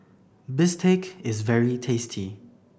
Bistake is very tasty